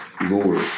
Lord